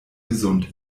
gesund